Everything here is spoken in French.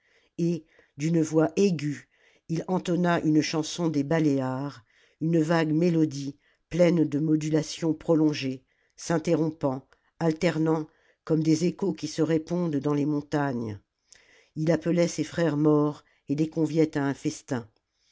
et d'une voix aiguë il entonna une chanson des baléares une vague mélodie pleine de modulations prolongées s'interrompant alternant comme des échos qui se répondent dans les montagnes il appelait ses frères morts et les conviait à un festin